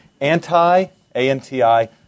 Anti-A-N-T-I